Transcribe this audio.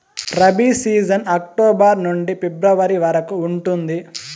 rabi season October నుండి February వరకు ఉంటుంది